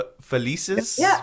felices